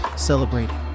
Celebrating